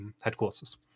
headquarters